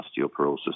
osteoporosis